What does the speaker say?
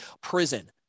prison